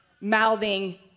mouthing